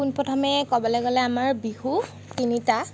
পোনপ্ৰথমে ক'বলৈ গ'লে আমাৰ বিহু তিনিটা